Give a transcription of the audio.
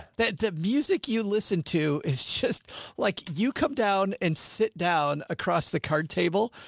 that the music you listen to is just like you come down and sit down across the card table.